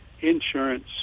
insurance